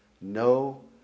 no